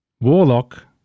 warlock